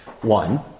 One